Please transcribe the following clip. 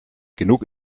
genug